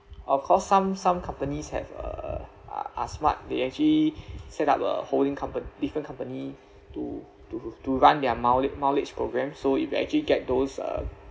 of course some some companies have uh are smart they actually set up a holding company different company to to to run their milea~ mileage programme so if you actually get those uh